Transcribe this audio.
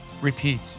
repeat